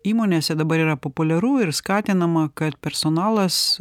įmonėse dabar yra populiaru ir skatinama kad personalas